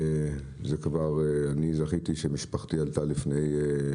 אני זכיתי שמשפחתי עלתה לפני